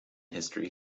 history